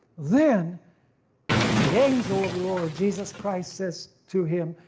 then the angel of lord jesus christ says to him,